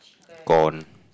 corn